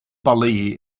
bali